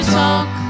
talk